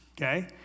okay